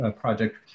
project